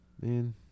man